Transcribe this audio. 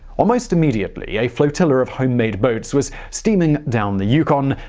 almost immediately, a flotilla of homemade boats was streaming down the yukon,